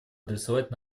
адресовать